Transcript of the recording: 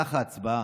במהלך ההצבעה.